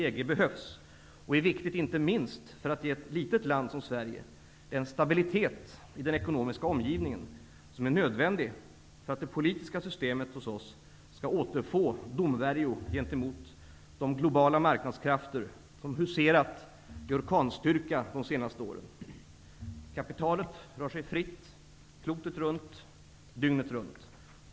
EG behövs och är viktigt inte minst för att ge ett litet land som Sverige den stabilitet i den ekonomiska omgivningen som är nödvändig för att det politiska systemet hos oss skall återfå domvärjo gentemot de globala marknadskrafter som huserat i orkanstyrka de senaste åren. Kapitalet rör sig fritt, klotet runt, dygnet runt.